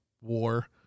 war